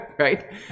right